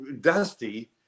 dusty